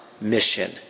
mission